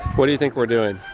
what do you think we're doing?